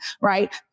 Right